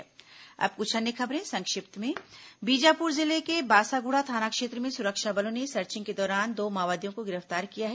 संक्षिप्त समाचार अब कुछ अन्य खबरें संक्षिप्त में बीजापुर जिले के बासागुड़ा थाना क्षेत्र में सुरक्षा बलों ने सर्चिंग के दौरान दो माओवादियों को गिरफ्तार किया है